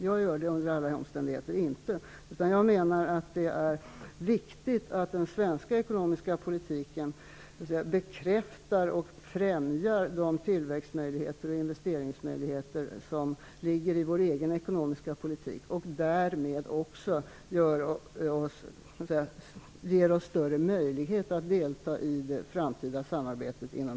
Jag tror under inga omständigheter att det är så. Jag menar att det är viktigt att den svenska ekonomiska politiken bekräftar och främjar de tillväxt och investeringsmöjligheter som finns inom ramen för vår egen ekonomiska politik, vilket ger oss större möjlighet att delta i det framtida samarbetet inom